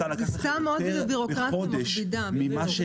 זה סתם --- ביורוקרטי מכבידה.